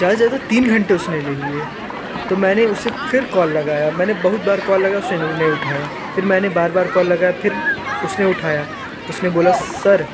ज़्यादा से ज़्यादा तीन घंटे उसने ले लिए तो मैंने उसे फिर कॉल लगाया मैंने बहुत बार कॉल लगाया उसने नहीं उठाया फिर मैंने बार बार कॉल लगाया फिर उसने उठाया उसने बोला सर